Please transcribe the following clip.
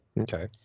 Okay